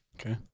Okay